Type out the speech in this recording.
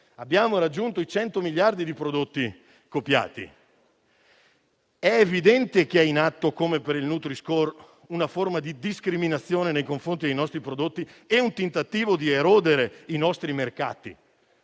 abbiamo raggiunto i 100 miliardi di prodotti copiati, quindi è evidente che sono in atto, come per il nutri-score, una forma di discriminazione nei confronti dei nostri prodotti e un tentativo di erodere i nostri mercati.